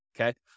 okay